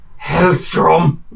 Hellstrom